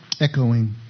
echoing